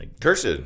cursed